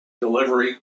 delivery